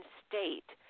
state